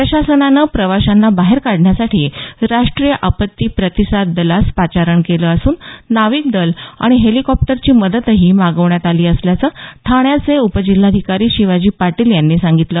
प्रशासनानं प्रवाशांना बाहेर काढण्यासाठी राष्ट्रीय आपत्ती प्रतिसाद दलास पाचारण केलं असून नाविक दल आणि हेलिकॉप्टरची मदतही मागवण्यात आली असल्याचं ठाण्याचे उपजिल्हाधिकारी शिवाजी पाटील यांनी सांगितलं